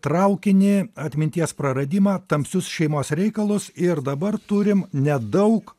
traukinį atminties praradimą tamsius šeimos reikalus ir dabar turim nedaug